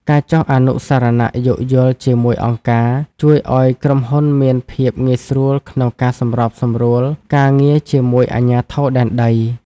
ការចុះអនុស្សរណៈយោគយល់ជាមួយអង្គការ ជួយឱ្យក្រុមហ៊ុនមានភាពងាយស្រួលក្នុងការសម្របសម្រួលការងារជាមួយអាជ្ញាធរដែនដី។